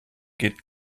geht